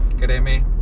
créeme